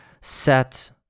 set